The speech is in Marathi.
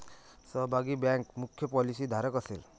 सहभागी बँक मुख्य पॉलिसीधारक असेल